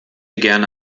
gerne